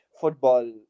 football